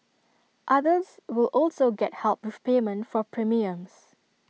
others will also get help with payment for premiums